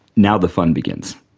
now the fun begins.